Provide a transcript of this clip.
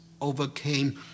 overcame